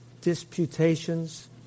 disputations